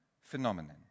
phenomenon